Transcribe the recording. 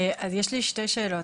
יש לי שתי שאלות,